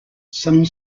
some